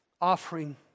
offering